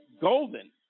golden